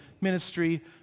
ministry